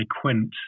Quint